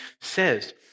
says